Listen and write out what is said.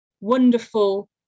wonderful